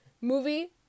movie